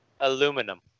Aluminum